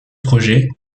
projet